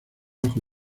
bajo